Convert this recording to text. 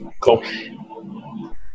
Cool